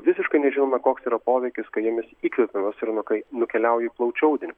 visiškai nežinoma koks yra poveikis kai jomis įkvepiamas ir nu kai nukeliauja į plaučių audinį